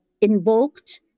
invoked